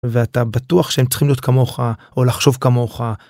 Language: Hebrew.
ואתה בטוח שהם צריכים להיות כמוך, או לחשוב כמוך.